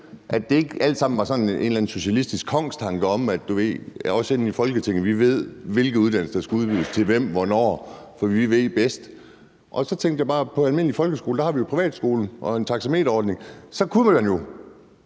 en eller anden socialistisk kongstanke om, at vi herinde i Folketinget ved, hvilke uddannelser der skal udbydes til hvem og hvornår, fordi vi ved bedst? Jeg tænkte bare på, at på folkeskoleområdet har vi jo privatskolen og en taxameterordning, og så kunne man jo